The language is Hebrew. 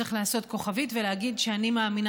וצריך לעשות כוכבית ולהגיד שאני מאמינה